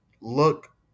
look